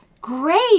great